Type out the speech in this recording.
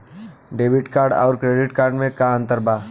Debit card आउर credit card मे का अंतर बा?